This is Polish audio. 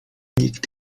nikt